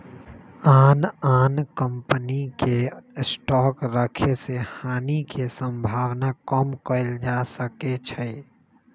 आन आन कम्पनी के स्टॉक रखे से हानि के सम्भावना कम कएल जा सकै छइ